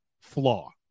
flaw